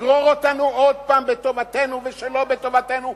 תגרור אותנו שוב בטובתנו ושלא בטובתנו,